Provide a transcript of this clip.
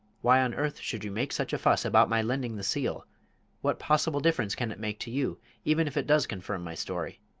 why on earth should you make such a fuss about my lending the seal what possible difference can it make to you even if it does confirm my story?